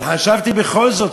אבל חשבתי בכל זאת,